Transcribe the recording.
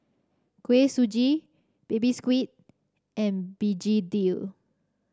Kuih Suji Baby Squid and begedil